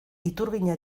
iturgina